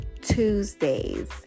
Tuesdays